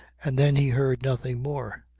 and then he heard nothing more,